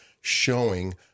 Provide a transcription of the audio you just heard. showing